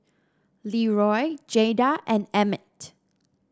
Leroy Jayda and Emit